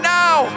now